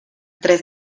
tres